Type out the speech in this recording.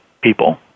people